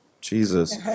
jesus